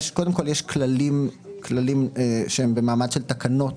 קודם כול, יש כללים שהם במעמד של תקנות